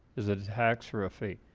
is it a tax or a fee?